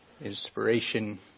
Inspiration